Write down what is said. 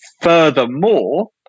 Furthermore